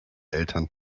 eltern